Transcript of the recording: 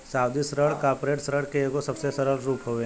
सावधि ऋण कॉर्पोरेट ऋण के एगो सबसे सरल रूप हवे